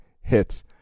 hits